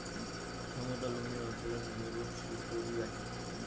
সমতলভূমি অঞ্চলত ভূমিরূপ সুপরিবাহী